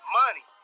money